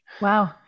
Wow